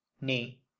nay